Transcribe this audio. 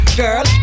girl